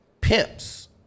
pimps